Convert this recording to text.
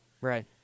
Right